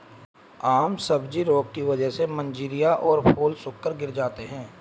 आम सब्जी रोग की वजह से मंजरियां और फूल सूखकर गिर जाते हैं